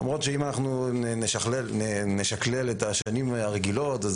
אם נשכלל את השנים הרגילות,